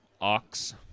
ox